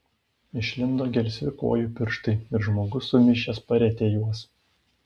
išlindo gelsvi kojų pirštai ir žmogus sumišęs parietė juos